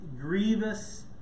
grievous